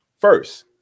First